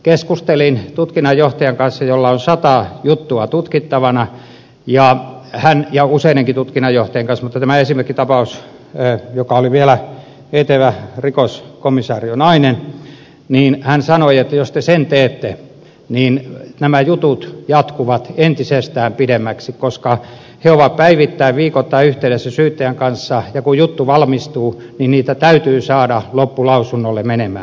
keskustelin tutkinnanjohtajan kanssa jolla on sata juttua tutkittavana ja useidenkin tutkinnanjohtajien kanssa mutta tämä esimerkkitapaus joka oli vielä etevä rikoskomisarionainen sanoi että jos te sen teette niin nämä jutut jatkuvat entisestään pidemmiksi koska he ovat päivittäin viikoittain yhteydessä syyttäjän kanssa ja kun juttuja valmistuu niin niitä täytyy saada loppulausunnolle menemään